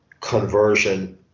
conversion